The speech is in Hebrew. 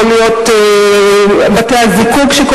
יכול להיות משהו שקורה בבתי-הזיקוק,